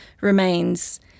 remains